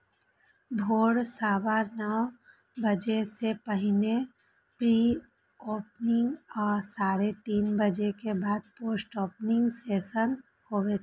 भोर सवा नौ बजे सं पहिने प्री ओपनिंग आ साढ़े तीन बजे के बाद पोस्ट ओपनिंग सेशन होइ छै